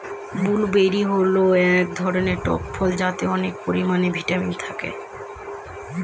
blueberry হল এক ধরনের টক ফল যাতে অনেক পরিমানে ভিটামিন থাকে